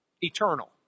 eternal